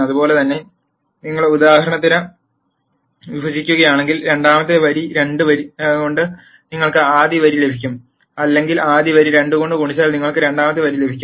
അതുപോലെ നിങ്ങൾ ഉദാഹരണത്തിന് വിഭജിക്കുകയാണെങ്കിൽ രണ്ടാമത്തെ വരി 2 കൊണ്ട് നിങ്ങൾക്ക് ആദ്യ വരി ലഭിക്കും അല്ലെങ്കിൽ ആദ്യ വരി 2 കൊണ്ട് ഗുണിച്ചാൽ നിങ്ങൾക്ക് രണ്ടാമത്തെ വരി ലഭിക്കും